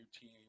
team